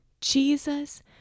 Jesus